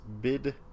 bid